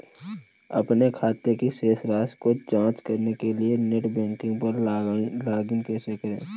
अपने खाते की शेष राशि की जांच करने के लिए नेट बैंकिंग पर लॉगइन कैसे करें?